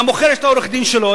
ולמוכר יש את עורך-הדין שלו,